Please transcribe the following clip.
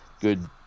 good